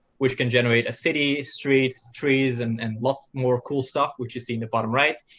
which can generate a city, streets, trees, and and lots more cool stuff, which you see in the bottom right.